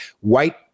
white